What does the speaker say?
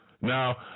now